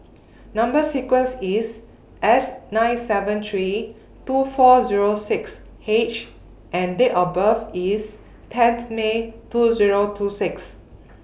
Number sequence IS S nine seven three two four Zero six H and Date of birth IS tenth May two Zero two six